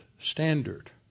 standard